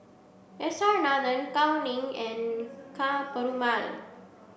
S R Nathan Gao Ning and Ka Perumal